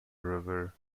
river